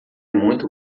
muito